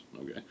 okay